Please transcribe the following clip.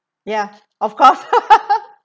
ya of course